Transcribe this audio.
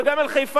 וגם על חיפה,